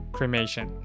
Cremation